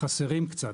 חסרים קצת,